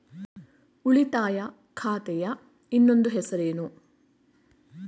ಉಳಿತಾಯ ಖಾತೆಯ ಇನ್ನೊಂದು ಹೆಸರೇನು?